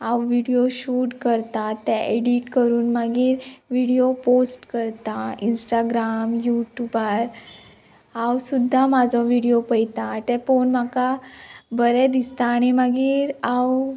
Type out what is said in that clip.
हांव video shoot करतां ते एडिट करून मागीर विडियो पोस्ट करतां इंस्टाग्राम यूट्यूबार हांव सुद्दां म्हाजो विडियो पयतां तें पोवन म्हाका बरें दिसता आणी मागीर हांव